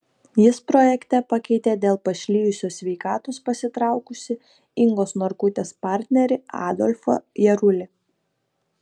jis projekte pakeitė dėl pašlijusios sveikatos pasitraukusį ingos norkutės partnerį adolfą jarulį